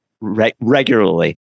regularly